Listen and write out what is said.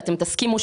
ואתם תסכימו,